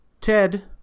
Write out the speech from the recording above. Ted